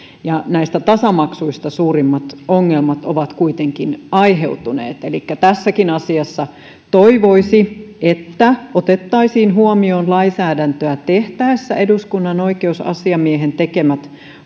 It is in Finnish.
tasamaksuja näistä tasamaksuista suurimmat ongelmat ovat kuitenkin aiheutuneet elikkä tässäkin asiassa toivoisi että otettaisiin huomioon lainsäädäntöä tehtäessä eduskunnan oikeusasiamiehen tekemät